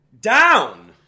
Down